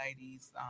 ladies